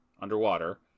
underwater